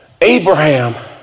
Abraham